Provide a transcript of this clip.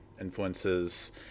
influences